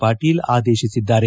ಪಾಟೀಲ ಆದೇಶಿಸಿದ್ದಾರೆ